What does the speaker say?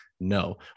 No